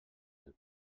del